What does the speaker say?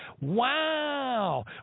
Wow